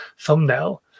thumbnail